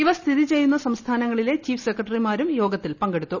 ഇവ സ്ഥിതി ചെയ്യുന്ന സംസ്ഥാനങ്ങളിലെ ചീഫ് സെക്രട്ടറിമാരും യോഗത്തിൽ പങ്കെടുത്തു